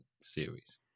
series